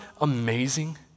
amazing